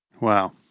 Wow